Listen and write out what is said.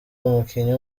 umukinnyi